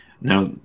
Now